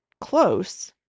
close